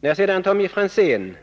När man sedan kivas, Tommy Franzén,